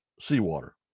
seawater